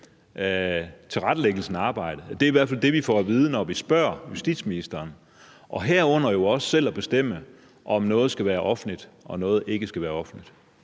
tilrettelæggelsen af arbejdet – det er i hvert fald det, vi får at vide, når vi spørger justitsministeren – og herunder jo også selv at bestemme, om noget skal være offentligt og noget ikke skal være offentligt?